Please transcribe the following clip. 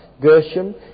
Gershom